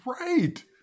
right